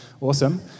Awesome